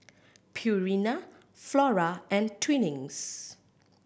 Purina Flora and Twinings